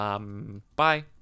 Bye